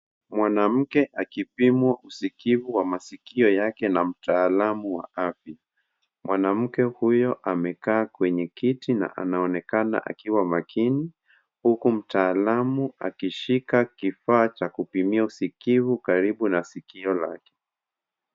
Mwanamke akipimwa usikivu wa masikio yake na mtaalamu wa afya. Mwanamke huyo amekaa kwenye kiti na anaonekana akiwa makini, huku mtaalamu akishika kifaa cha kupimia usikivu karibu na sikio lake.